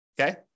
Okay